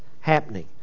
happening